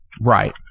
Right